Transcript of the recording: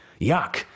Yuck